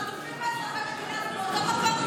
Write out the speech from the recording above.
חטופים ואזרחי מדינה זה באותו מקום?